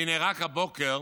והינה, רק הבוקר